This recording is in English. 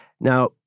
Now